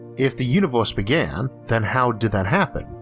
if the universe began, then how did that happen,